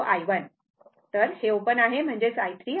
कारण हे ओपन आहे म्हणजेच i 3 आणि i 1 आहे